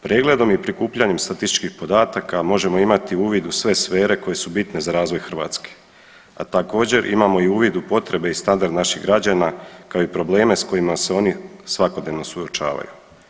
Pregledom i prikupljanjem statističkih podataka možemo imati uvid u sve sfere koje su bitne za razvoj Hrvatske, a također imamo i uvid u potrebe i standard naših građana kao i probleme s kojima se oni svakodnevno suočavaju.